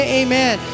amen